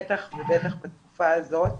בטח ובטח בתקופה הזאת.